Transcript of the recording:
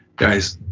guys,